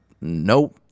nope